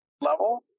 level